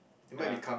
ya